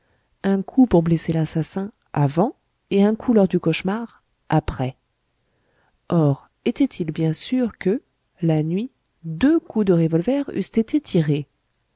un coup pour blesser l'assassin avant et un coup lors du cauchemar après or était-il bien sûr que la nuit deux coups de revolver eussent été tirés